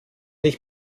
ich